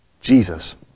Jesus